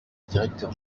directeur